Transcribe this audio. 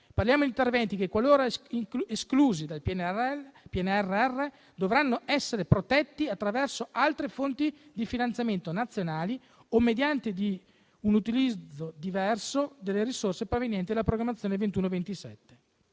Parliamo di interventi che, qualora esclusi dal PNRR, dovranno essere protetti attraverso altre fonti di finanziamento nazionali o mediante un utilizzo diverso delle risorse provenienti dalla programmazione 2021-2027.